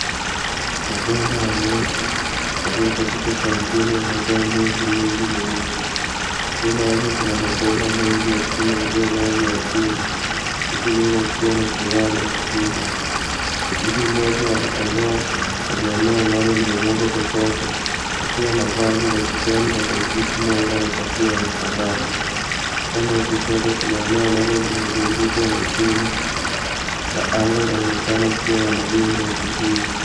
Mabomba ya moshi yaliyo katika kampuni yanatoa moshi mwingi mweupe. Nyuma yake kuna mabomba mengi ya chuma yaliyolazwa ardhini huku nyuma kukiwa na kiwanda kubwa. Mtu mmoja anatembea kwenye eneo ambalo limemwagwa kokoto akiwa na vazi la kijani la kuakisi mwanga na kofia ya usalama. Upande wa kushoto kuna eneo ambalo limezungukwa na chuma na anga inaonekana kuwa mawingu ya kijivu.